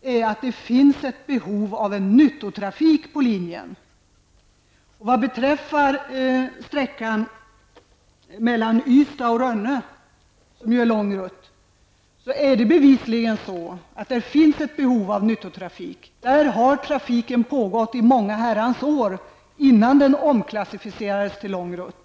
är att det finns ett behov av nyttotrafik på linjen. Linjen mellan Ystad och Rönne, som är en lång rutt, tillgodoser bevislingen ett behov av nyttotrafik. Den linjen fanns i många herrans år, innan den omklassificerades till lång rutt.